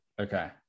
Okay